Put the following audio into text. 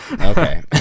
okay